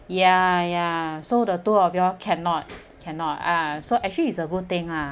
ya ya so the two of y'all cannot cannot ah so actually is a good thing ah